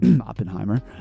Oppenheimer